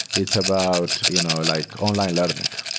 it's about you know like online learning.